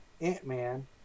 Ant-Man